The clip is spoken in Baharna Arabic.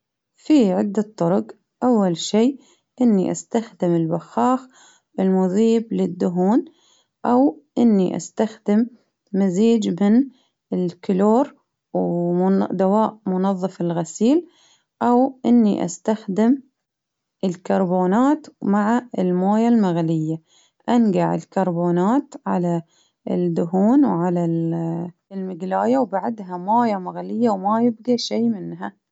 فيه عدة طرق، أول شي إني أستخدم البخاخ المذيب للدهون، أو إني أستخدم مزيج من الكلور ومن دواء منظف الغسيل، أو إني أستخدم الكربونات مع الموية المغلية، أنقع الكربونات على الدهون وعلى ال- المقلاية وبعدها موية مغلية وما يبقى شي منها.